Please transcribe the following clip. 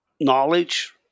knowledge